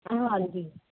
ਹਾਂਜੀ